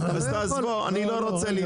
אז תעזבו, אני לא רוצה להתווכח.